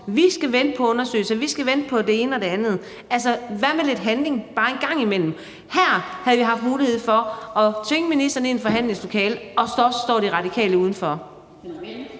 Vi skal vente på undersøgelser. Vi skal vente på det ene og det andet. Altså, hvad med lidt handling bare en gang imellem? Her havde vi mulighed for at tvinge ministeren ind i forhandlingslokalet, og så står De Radikale udenfor.